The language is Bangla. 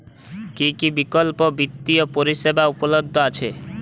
কী কী বিকল্প বিত্তীয় পরিষেবা উপলব্ধ আছে?